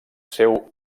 seu